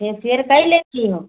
facial कइ लेती हो